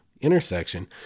intersection